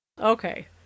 Okay